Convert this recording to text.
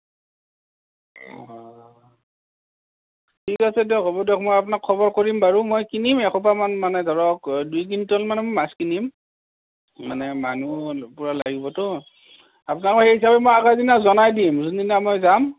ঠিক আছে দিয়ক হ'ব দিয়ক মই আপোনাক খবৰ কৰিম বাৰু মই কিনিম এশটামান মানে ধৰক দুই কুইন্টেলমান মাছ কিনিম মানে মানুহ পূৰা লাগিবতো আপোনাক সেই হিচাপে মই আগৰ দিনা জনাই দিম যোনদিনা মই যাম